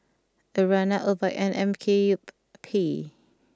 Urana Obike and Mkup